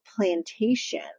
Plantation